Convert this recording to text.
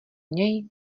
něj